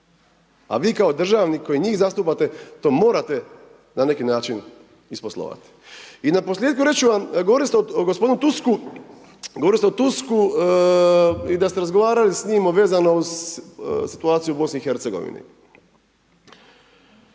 a vi kao državnik koji njih zastupate to morate na neki način isposlovati. I na posljetku reći ću vam, govorili ste o gospodinu Tusku, govorili ste o Tusku i da ste razgovarali s njim vezano uz situaciju u BiH-a.